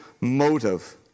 motive